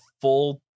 full